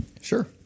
Sure